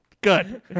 Good